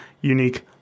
unique